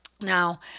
now